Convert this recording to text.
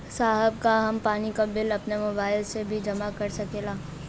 साहब का हम पानी के बिल अपने मोबाइल से ही जमा कर सकेला?